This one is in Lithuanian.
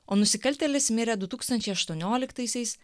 o nusikaltėlis mirė du tūkstančiai aštuonioliktaisiais